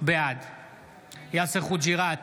בעד יאסר חוג'יראת,